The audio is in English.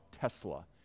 Tesla